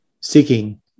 seeking